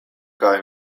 kaj